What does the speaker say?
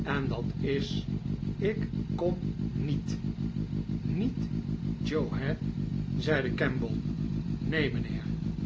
en dat is ik kom n i